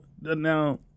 now